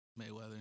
Mayweather